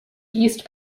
east